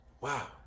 Wow